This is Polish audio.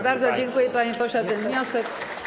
Bardzo dziękuję, panie pośle, za ten wniosek.